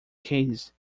case